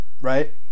Right